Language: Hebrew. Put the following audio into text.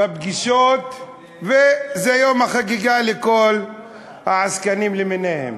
בפגישות, וזה יום החגיגה של כל העסקנים למיניהם.